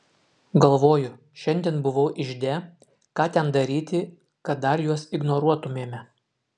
galvoju šiandien buvau ižde ką ten daryti kad dar juos ignoruotumėme